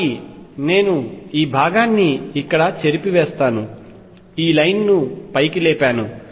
కాబట్టి నేను ఈ భాగాన్ని ఇక్కడ చెరిపివేస్తాను ఈ లైన్ను పైకి లేపాను